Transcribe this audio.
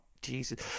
Jesus